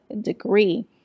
degree